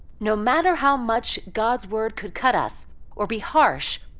no matter how much god's word could cut us or be harsh,